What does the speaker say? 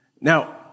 Now